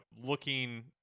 looking